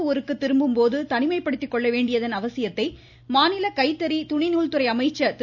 ஹருக்கு திரும்பும்போது தனிமைப்படுத்திக்கொள்ள வேண்டியதன் அவசியத்தை மாநில கைத்தறி துணிநூல்துறை அமைச்சர் திரு